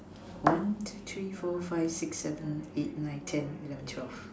one two three four five six seven eight nine ten eleven twelve